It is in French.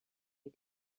est